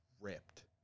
ripped